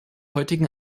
heutigen